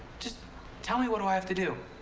just tell me what do i have to do?